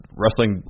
wrestling